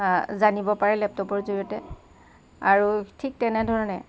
জানিব পাৰে লেপটপৰ জৰিয়তে আৰু ঠিক তেনেধৰণে